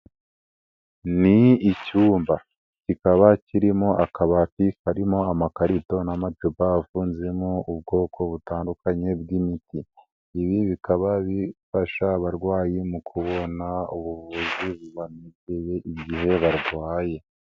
Ni icyumba kikaba kirimo akabati karimo amakarito n'amacupa afunzemo ubwoko butandukanye bw'imiti. Ibi bikaba bifasha abarwayi mu kubona ubuvuzi bubanogeye igihe barwaye.